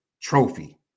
trophy